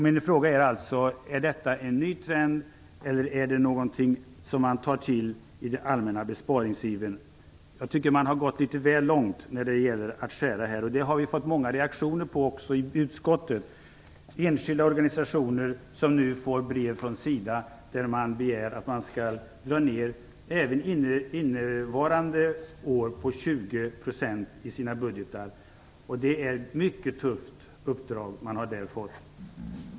Min fråga är alltså: Är detta en ny trend eller är det någonting som man tar till i den allmänna besparingsivern? Jag tycker att man har gått litet väl långt i nedskärningarna här, vilket vi fått många reaktioner på i utskottet. Enskilda organisationer får nu brev från SIDA där man begär att man även innevarande år skall göra neddragningar på 20 % i sina budgetar. Det är ett mycket tufft uppdrag som de har fått.